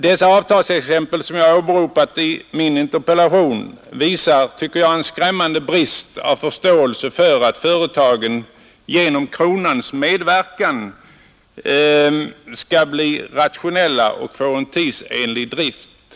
De avtalsexempel som jag åberopat i min interpellation visar en skrämmande brist på förståelse för betydelsen av att företagen genom kronans medverkan blir rationella och får en tidsenlig drift.